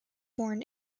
born